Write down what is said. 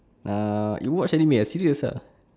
ah you watch anime serious as uh